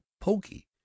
pokey